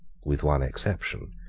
with one exception,